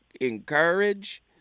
encourage